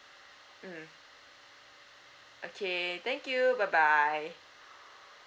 mm okay thank you bye bye